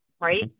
right